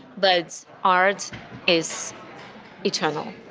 but art is eternal.